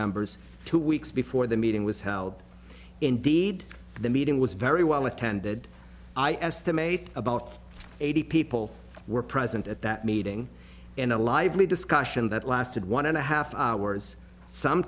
members two weeks before the meeting was held indeed the meeting was very well attended i estimate about eighty people were present at that meeting and a lively discussion that lasted one and a half hours some